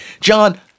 john